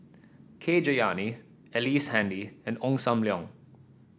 K Jayamani Ellice Handy and Ong Sam Leong